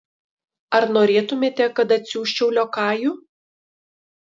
ar norėtumėte kad atsiųsčiau liokajų